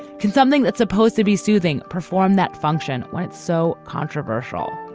can something that's supposed to be soothing perform that function. why it's so controversial.